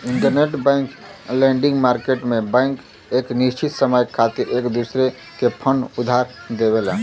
interbank lending market में bank एक निश्चित समय खातिर एक दूसरे के फंड उधार देवला